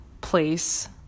place